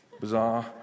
Bizarre